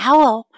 Owl